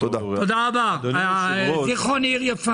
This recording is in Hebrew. שירלי רימון ברכה,